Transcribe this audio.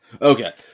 Okay